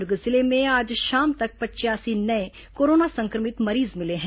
दुर्ग जिले में आज शाम तक पचयासी नये कोरोना संक्रमित मरीज मिले हैं